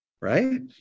right